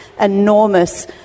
enormous